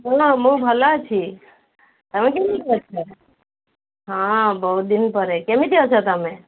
ଶୁଣ ମୁଁ ଭଲ ଅଛି ତୁମେ କେମିତି ଅଛ ହଁ ବହୁତ ଦିନ ପରେ କେମିତି ଅଛ ତୁମେ